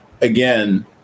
Again